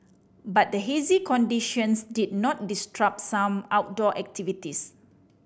but the hazy conditions did not disrupt some outdoor activities